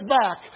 back